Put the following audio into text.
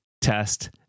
test